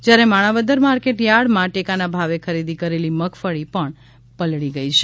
જ્યારે માણાવદર માર્કેટ યાર્ડમાં ટેકાના ભાવે ખરીદી કરેલી મગફળી પણ પલળી ગઈ છે